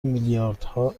میلیاردها